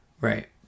Right